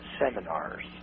seminars